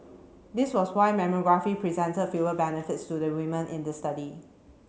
this was why mammography presented fewer benefits to the women in the study